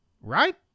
Right